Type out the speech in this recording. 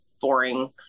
boring